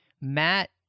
Matt